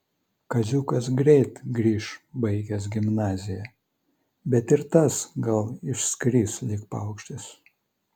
kaziukas greit grįš baigęs gimnaziją bet ir tas gal išskris lyg paukštis